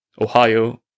Ohio